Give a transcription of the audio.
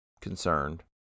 concerned